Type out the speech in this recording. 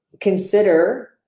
consider